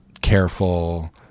careful